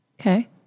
Okay